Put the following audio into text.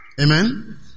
Amen